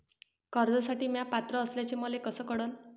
कर्जसाठी म्या पात्र असल्याचे मले कस कळन?